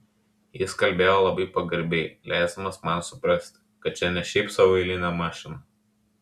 jis kalbėjo labai pagarbiai leisdamas man suprasti kad čia ne šiaip sau eilinė mašina